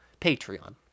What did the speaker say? Patreon